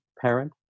parent